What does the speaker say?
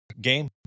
game